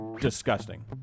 disgusting